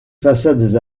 façades